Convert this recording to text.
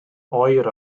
oer